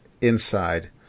inside